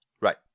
Right